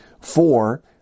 four